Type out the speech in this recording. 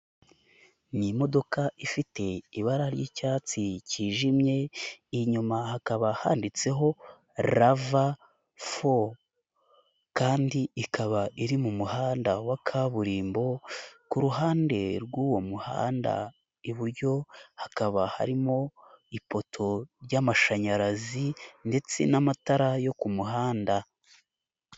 Ni imodoka ifite ibara ry'icyatsi kijimye, inyuma hakaba handitseho Ravafo kandi ikaba iri mu muhanda wa kaburimbo, ku ruhande rw'uwo muhanda iburyo hakaba harimo ipoto ry'amashanyarazi ndetse n'amatara yo ku muhanda.